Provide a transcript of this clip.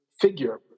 figure